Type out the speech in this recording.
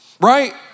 right